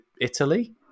Italy